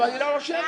אבל היא לא רושמת.